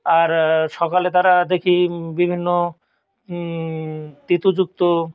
আর সকালে তারা দেখি বিভিন্ন তেতো যুক্ত